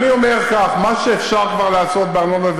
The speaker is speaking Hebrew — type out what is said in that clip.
אני אומר כך: מה שאפשר כבר לעשות בארנונה,